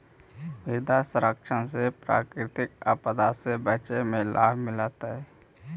मृदा संरक्षण से प्राकृतिक आपदा से बचे में लाभ मिलतइ